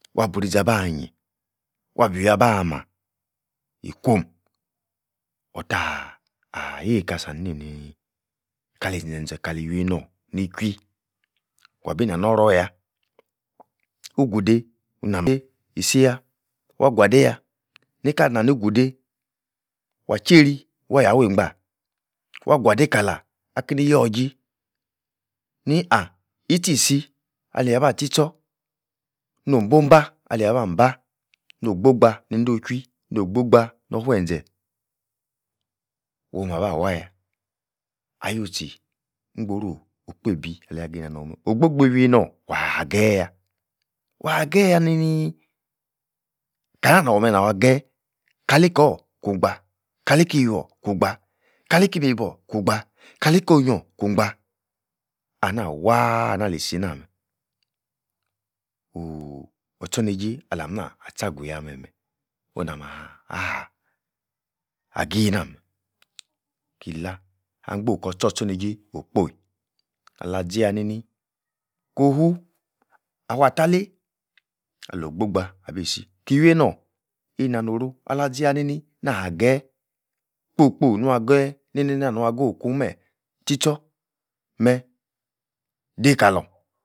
wabo'h orizi abah-nyi, wabi-iwui abah-mah, yi-kwom ottaaah-ah yeika-sa-ni-neinii, kali zen-zen, kali iweinor nichwui wabi-nah noror-yah ugudei nami-isi-yah, wah-gwuadei-yah, nika-alei-nina-ni-gudei wah-jeiri, wah-yah wei-gbah, wah-gwuadei kala akeini yor-ji, ni-ah, itchi-isi, alia-bah tchi-tchor no'h bo'h-bah, alia-bah-bah, no'h-gbo-gba nei-dochwui no'h gbogba nor-fuen-zen, womah-ba wah-yah, ah-you-tchi ingboru-okpeibi alia gi nah-norm meh oh-gboligbi-iweinor, waah-ha geh-yah, wah-geh-yah niii-niii, kana nor-meh-nah-geyi, kali-kor kun-gba? kali-ko'h-nyion-kun gbah? nnah-waah-anah alisi-nah-meh, oo'h ortchorneijei alam-nah ah-tcha-gu-yah meh-meh, ona'h-mah aha-agi-nah meh, kilah, ahn-gbon kor-tchor-tchorneijei okpoi alah-si-yah ni-nii kofu, afua-talei alo'h-gbogba abisi ki. weinor ina-noru alah-zi-yah ni-ni nah-geh kpo-kpo nua-geh neinei-nah nua geh okun meh tchi-tchor meh dei-kalorn